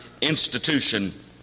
institution